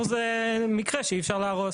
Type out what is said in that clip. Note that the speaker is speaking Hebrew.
שימור זה מקרה שבו אי אפשר להרוס.